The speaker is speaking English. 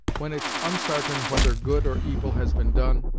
when it's onsartain whether good or evil has been done,